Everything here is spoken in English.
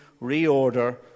reorder